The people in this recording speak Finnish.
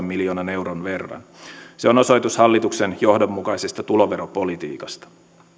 miljoonan euron verran se on osoitus hallituksen johdonmukaisesta tuloveropolitiikasta